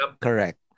Correct